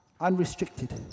unrestricted